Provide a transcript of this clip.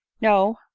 no,